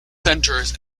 centres